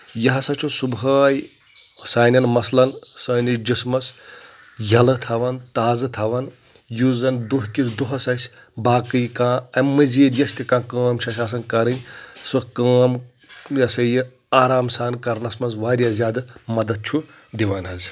یہِ ہسا چھُ صبحٲے سانؠن مثلن سٲنِس جسمس یلہٕ تھاوان تازٕ تھاوان یُس زن دۄہ کِس دۄہس اسہِ باقٕے کانٛہہ اَمہِ مٔزیٖد یۄس تہِ کانٛہہ کٲم چھِ اَسہِ آسن کرٕنۍ سۄ کٲم یہِ ہسا یہِ آرام سان کرنس منٛز واریاہ زیادٕ مدتھ چھُ دِوان حظ